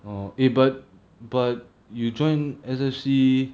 orh eh but but you join S_S_C